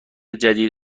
جدید